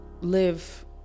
live